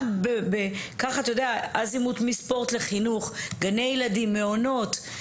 קח אזימוט מספורט לחינוך; גני ילדים, מעונות.